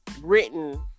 written